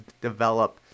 develop